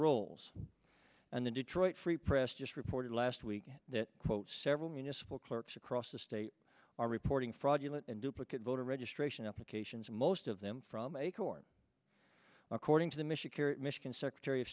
rolls and the detroit free press just reported last week that quote several municipal clerks across the state are reporting fraudulent and duplicate voter registration applications most of them from acorn according to the michigan michigan secretary of